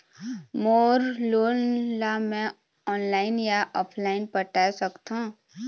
मोर loan ला मैं online या ऑफलाइन पटाए सकथों?